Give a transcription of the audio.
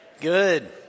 Good